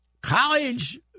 College